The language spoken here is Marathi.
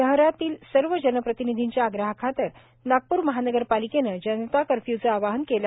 शहरातील सर्व जनप्रतिनिधींच्या आग्रहाखातर नागप्र महानगरपालिकेने जनता कर्फ्य्चे आवाहन केले